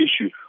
issue